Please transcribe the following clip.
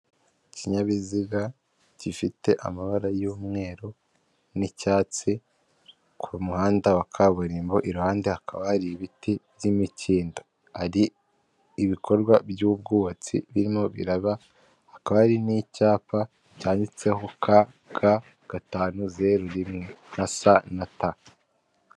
Ikinyabiziga gifite amabara y'umweru n'icyatsi, ku muhanda wa kaburimbo, iruhande hakaba hari ibiti by'imikindo. Hari ibikorwa by'ubwubatsi birimo biraba, hakaba hari n'icyapa cyanditseho ka, ga, gatanu, zeru rimwe. Na sa, na ta.